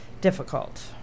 difficult